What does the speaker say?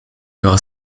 verra